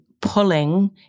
pulling